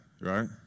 Right